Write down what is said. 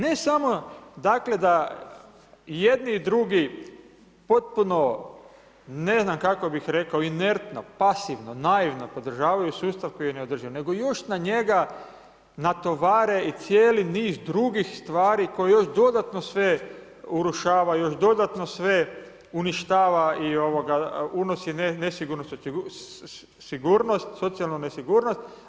Ne samo dakle da jedni i drugi potpuno ne znam kako bih rekao inertno, pasivno, naivno podržavaju sustav koji je neodrživ nego još na njega natovare i cijeli niz drugih stvari koji još dodatno sve urušavaju, još dodatno sve uništava i unosi nesigurnost u sigurnost, socijalnu nesigurnost.